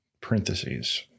parentheses